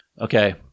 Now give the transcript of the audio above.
okay